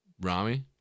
Rami